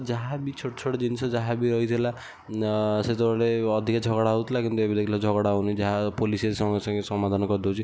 ଯାହାବି ଛୋଟ ଛୋଟ ଜିନଷ ଯାହାବି ରହିଥିଲା ସେତେବେଳେ ଅଧିକ ଝଗଡ଼ା ହେଉଥିଲା କିନ୍ତୁ ଏବେ ଝଗଡ଼ା ହେଉନି ଯାହା ପୋଲିସ ଆସି ସଙ୍ଗେ ସଙ୍ଗେ ସମାଧାନ କରିଦେଉଛି